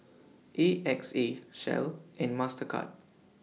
A X A Shell and Mastercard